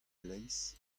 leizh